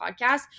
podcast